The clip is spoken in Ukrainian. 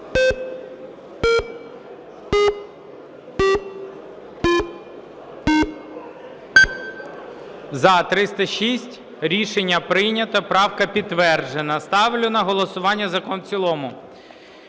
За-306 Рішення прийнято. Правка підтверджена. Ставлю на голосування закон в цілому.